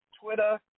Twitter